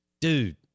dude